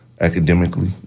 academically